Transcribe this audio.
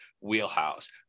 Wheelhouse